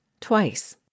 twice